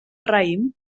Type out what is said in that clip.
raïm